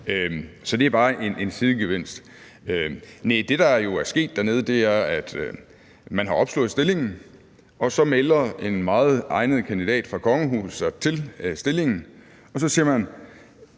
Så det er bare en sidegevinst. Nej, det, der jo er sket dernede, er, at man har opslået stillingen, og så melder en meget egnet kandidat fra kongehuset sig til stillingen, og så siger man: